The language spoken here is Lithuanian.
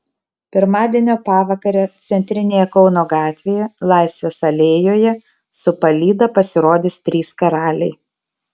pirmadienio pavakarę centrinėje kauno gatvėje laisvės alėjoje su palyda pasirodys trys karaliai